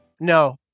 No